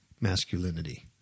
masculinity